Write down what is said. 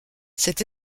cette